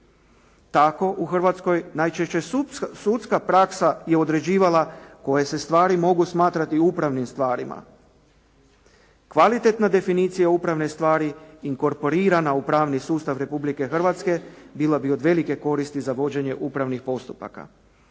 Tako u Hrvatskoj najčešće sudska praksa je određivala koje se stvari mogu smatrati upravnim stvarima. Kvalitetna definicija upravne stvari inkorporirana u pravni sustav Republike Hrvatske bila bi od velike koristi za vođenje upravnih postupaka.